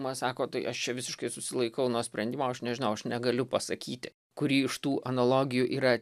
man sako tai aš čia visiškai susilaikau nuo sprendimo aš nežinau aš negaliu pasakyti kuri iš tų analogijų yra